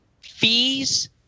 fees